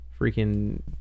freaking